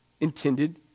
intended